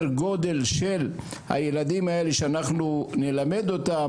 גודל של הילדים האלה שאנחנו נלמד אותם,